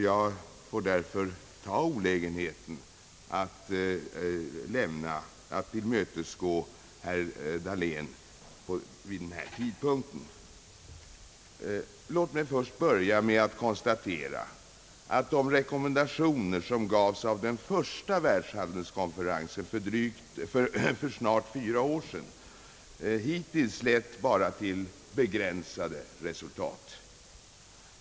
Jag får därför ta olägenheten att vid denna tidpunkt tillmötesgå herr Dahlén. Låt mig först börja med att konstatera, att de rekommendationer som gavs av den första världshandelskonferensen för snart fyra år sedan hittills bara har lett till begränsade resultat.